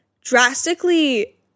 drastically